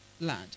land